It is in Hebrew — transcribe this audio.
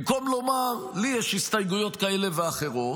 במקום לומר: לי יש הסתייגויות כאלה ואחרות,